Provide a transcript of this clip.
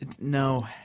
No